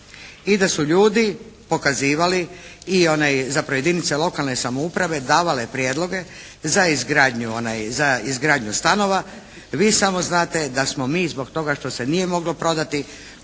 I da su ljudi pokazivali i, zapravo jedinice lokalne samouprave davale prijedloge za izgradnju, za izgradnju stanova. Vi samo znate da smo mi zbog toga što se nije moglo prodati